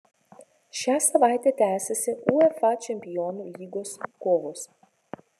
šią savaitę tęsiasi uefa čempionų lygos kovos